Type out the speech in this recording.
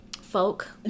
folk